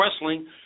Wrestling